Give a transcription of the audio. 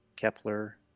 Kepler